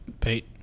Pete